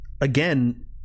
again